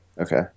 okay